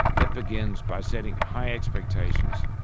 that begins by setting high expectations,